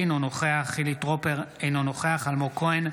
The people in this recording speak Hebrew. אינו נוכח חילי טרופר, אינו נוכח אלמוג כהן,